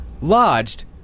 lodged